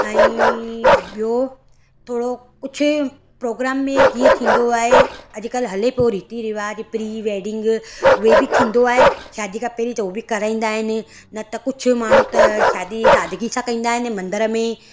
ऐं ॿियो थोरो कुझु प्रोग्राम बि जीअं थींदो आहे अॼुकल्ह हले पियो थो रीती रिवाज़ प्री वैडिंग रेबिक थींदो आहे शादी खां पहिरियों त उहे बि कराईंदा आहिनि न त कुझु माण्हू त शादी ई सादगी सां कंदा आहिनि मंदर में